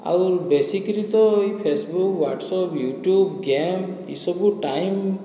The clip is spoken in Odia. ଆଉର୍ ବେଶୀକିରି ତ ଏହି ଫେସବୁକ୍ ୱାଟ୍ସଅପ୍ ୟୁଟୁବ ଗେମ୍ ଇ ସବୁ ଟାଇମ